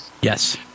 Yes